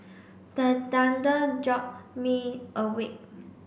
the thunder jolt me awake